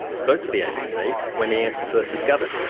spoke to the abc when the and were first discovered.